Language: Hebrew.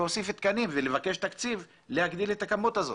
להוסיף תקנים ולבקש תקציב על מנת להגדיל את הכמות הזאת.